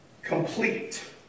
complete